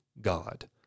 God